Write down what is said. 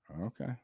Okay